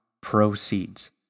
proceeds